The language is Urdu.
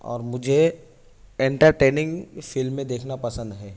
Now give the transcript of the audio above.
اور مجھے انٹرٹیننگ فلمیں دیکھنا پسند ہے